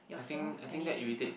yourself anything